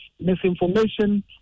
misinformation